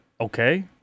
okay